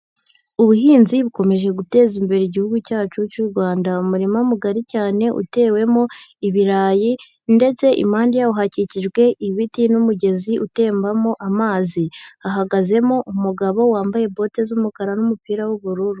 Ubuhinzi bukomeje guteza imbere igihugu cyacu cy'u Rwanda, umurima mugari cyane utewemo ibirayi, ndetse impande yaho hakikijwe ibiti n'umugezi utembamo amazi, hahagazemo umugabo wambaye bote z'umukara n'umupira w'ubururu.